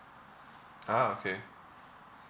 ah okay